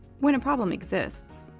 when a problem exists,